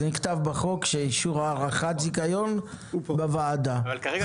נכתב בחוק שאישור הארכת זיכיון יהיה בוועדת הכלכלה.